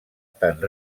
tant